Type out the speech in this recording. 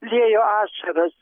liejo ašaras